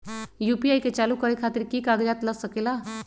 UPI के चालु करे खातीर कि की कागज़ात लग सकेला?